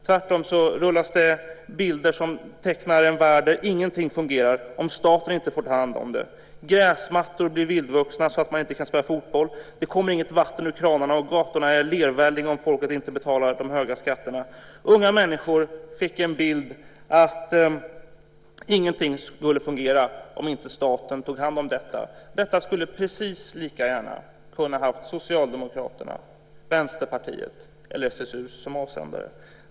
Tvärtom rullas bilder som tecknar en värld där ingenting fungerar om staten inte får ta hand om det. Gräsmattor blir vildvuxna så att det inte går att spela fotboll. Det kommer inget vatten ur kranarna, och gatorna är en lervälling om folket inte betalar de höga skatterna. Unga människor får en bild av att ingenting kommer att fungera om inte staten tar hand om detta. Det här skulle precis lika gärna kunnat ha Socialdemokraterna, Vänsterpartiet eller SSU som avsändare.